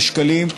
ובשקלים,